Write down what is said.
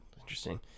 Interesting